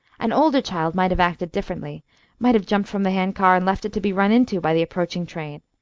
an older child might have acted differently might have jumped from the hand-car and left it to be run into by the approaching train,